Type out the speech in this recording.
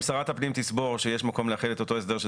אם שרת הפנים תסבור שיש מקום לאחד את אותו הסדר של